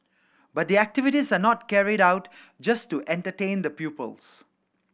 but the activities are not carried out just to entertain the pupils